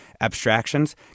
abstractions